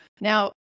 Now